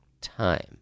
time